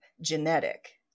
genetic